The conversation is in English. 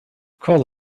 call